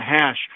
hash